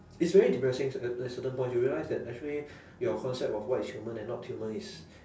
it's very depressing certain at certain point you realise that actually your concept of what is human and not human is